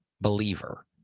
believer